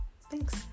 Thanks